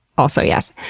also yes.